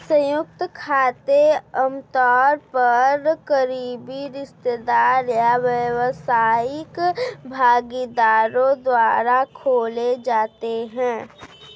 संयुक्त खाते आमतौर पर करीबी रिश्तेदार या व्यावसायिक भागीदारों द्वारा खोले जाते हैं